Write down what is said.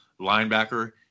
linebacker